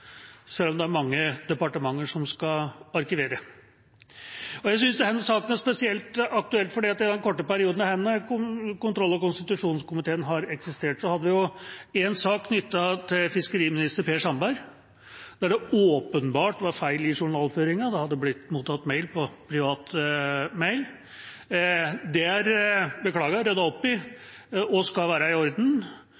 selv om det er mange departementer som skal arkivere. Jeg synes denne saken er spesielt aktuell, for i den korte perioden denne kontroll- og konstitusjonskomiteen har eksistert, har vi hatt en sak knyttet til fiskeriminister Per Sandberg der det åpenbart var feil i journalføringen: det hadde blitt mottatt mail på privat mailadresse. Det er beklaget og ryddet opp i